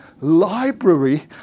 library